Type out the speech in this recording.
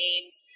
names